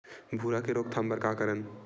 भूरा के रोकथाम बर का करन?